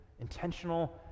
intentional